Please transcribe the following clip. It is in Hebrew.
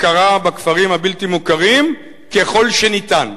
הכרה בכפרים הבלתי-מוכרים ככל שניתן.